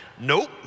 Nope